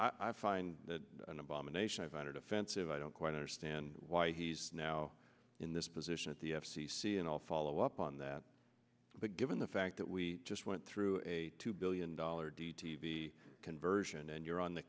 and i find that an abomination i find it offensive i don't quite understand why he's now in this position at the f c c and i'll follow up on that given the fact that we just went through a two billion dollar d t b conversion and you're on the